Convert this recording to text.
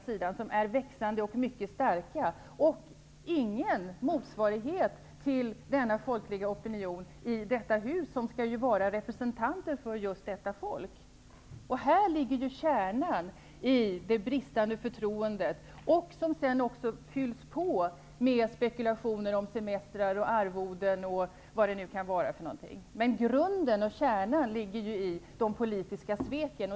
Vi har växande och mycket starka folkliga opinioner, men ingen motsvarighet till dessa folkliga opinioner i detta hus, där representanter för just detta folk skall finnas. Här ligger kärnan i det bristande förtroendet, som sedan också fylls på med spekulationer om semestrar, arvoden och vad det kan vara. Men grunden och kärnan ligger i de politiska sveken.